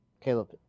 Caleb